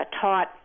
taught